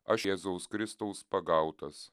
aš jėzaus kristaus pagautas